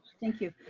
thank you.